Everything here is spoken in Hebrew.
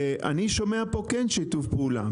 אני שומע פה כן שיתוף פעולה,